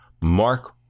Mark